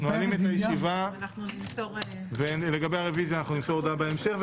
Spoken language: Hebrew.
לגבי הרביזיה, נמסור הודעה בהמשך.